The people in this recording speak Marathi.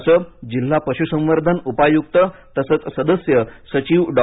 असं जिल्हा पशुसंवर्धन उपायुक्त तसचं सदस्य सचिव डॉ